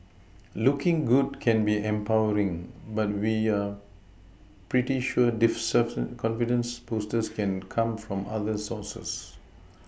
looking good can be empowering but we're pretty sure this surfer confidence boosters can come from other sources